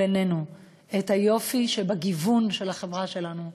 עינינו את היופי שבגיוון של החברה שלנו,